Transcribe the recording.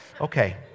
okay